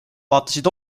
vaatasid